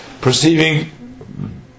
perceiving